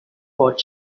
what